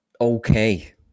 okay